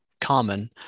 common